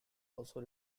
also